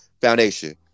foundation